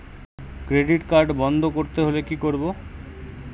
Credit card বন্ধ করতে হলে কি করব?